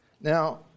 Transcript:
Now